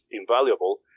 invaluable